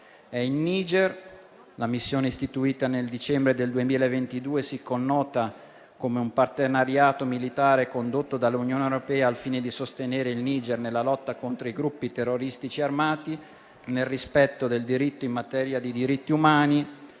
in Niger. La missione, istituita nel dicembre del 2022, si connota come un partenariato militare condotto dall'Unione europea al fine di sostenere il Niger nella lotta contro i gruppi terroristici armati, nel rispetto del diritto in materia di diritti umani